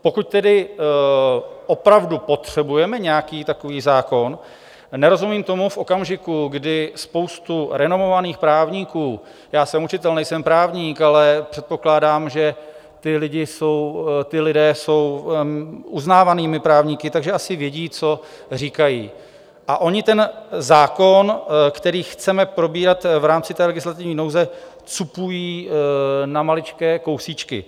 Pokud tedy opravdu potřebujeme nějaký takový zákon, nerozumím tomu v okamžiku, kdy spousta renomovaných právníků já jsem učitel, nejsem právník, ale předpokládám, že ti lidé jsou uznávanými právníky, takže asi vědí, co říkají, a oni ten zákon, který chceme probírat v rámci té legislativní nouze, cupují na maličké kousíčky.